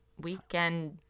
Weekend